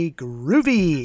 groovy